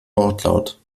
wortlaut